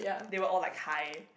they were all like high